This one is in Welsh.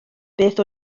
beth